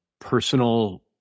personal